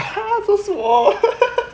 !huh! so small